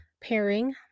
pairing